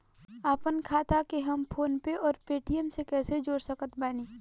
आपनखाता के हम फोनपे आउर पेटीएम से कैसे जोड़ सकत बानी?